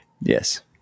Yes